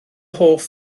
hoff